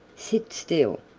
sit still,